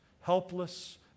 helpless